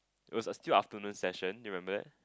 it was a still afternoon session remember that